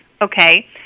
okay